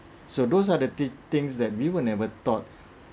so those are the thing things that we will never thought